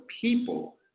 people